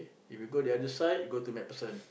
if you go to the other side go to MacPherson